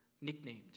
nicknamed